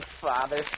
father